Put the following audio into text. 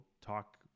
talk